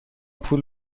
پول